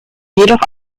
jedoch